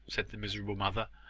said the miserable mother.